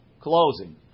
closing